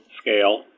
scale